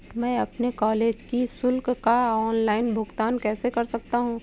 मैं अपने कॉलेज की शुल्क का ऑनलाइन भुगतान कैसे कर सकता हूँ?